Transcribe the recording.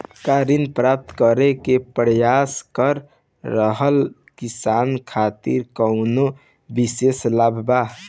का ऋण प्राप्त करे के प्रयास कर रहल किसान खातिर कउनो विशेष लाभ बा?